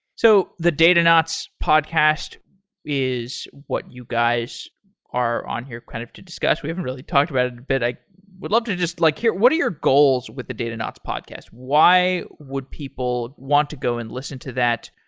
so the datanauts podcast is what you guys are on here kind of discuss. we haven't really talked about it, but i would love to just like hear what are your goals with the datanauts podcast? why would people want to go and listen to that?